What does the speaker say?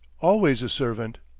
always a servant.